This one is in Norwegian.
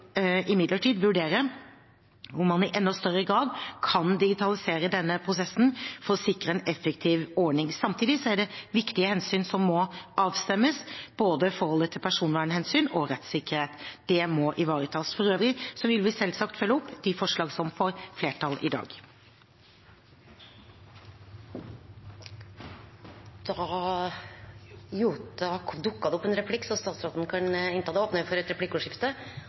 imidlertid vurdere om man i enda større grad kan digitalisere denne prosessen for å sikre en effektiv ordning. Samtidig er det viktige hensyn som må avstemmes, både forholdet til personvernhensyn og rettssikkerhet. Det må ivaretas. For øvrig vil vi selvsagt følge opp de forslag som får flertall i dag. Det blir replikkordskifte. Kjenner jeg justisministeren riktig, har hun et veldig stort engasjement også for